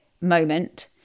moment